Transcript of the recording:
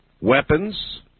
weapons